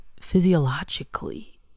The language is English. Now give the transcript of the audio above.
physiologically